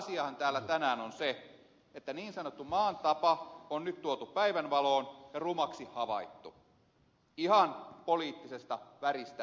pääasiahan täällä tänään on se että niin sanottu maan tapa on nyt tuotu päivänvaloon ja rumaksi havaittu ihan poliittisesta väristä riippumatta